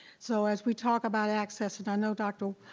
so as we talk about access, and i know dr.